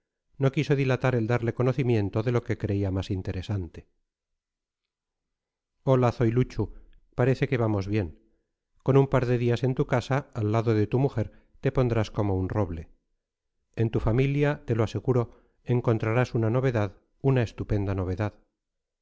no quiso dilatar el darle conocimiento de lo que creía más interesante hola zoiluchu parece que vamos bien con un par de días en tu casa al lado de tu mujer te pondrás como un roble en tu familia te lo aseguro encontrarás una novedad una estupenda novedad